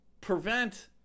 prevent